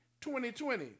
2020